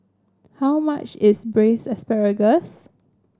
how much is Braised Asparagus